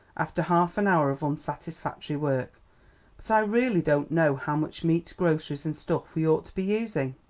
after half an hour of unsatisfactory work. but i really don't know how much meat, groceries and stuff we ought to be using.